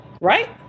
right